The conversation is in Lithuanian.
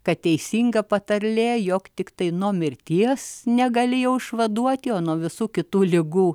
kad teisinga patarlė jog tiktai nuo mirties negalėjo išvaduoti nuo visų kitų ligų